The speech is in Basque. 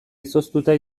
izoztuta